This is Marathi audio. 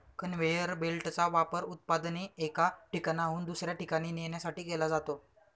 कन्व्हेअर बेल्टचा वापर उत्पादने एका ठिकाणाहून दुसऱ्या ठिकाणी नेण्यासाठी केला जातो